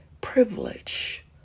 privilege